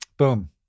Boom